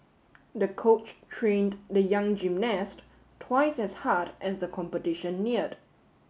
the coach trained the young gymnast twice as hard as the competition neared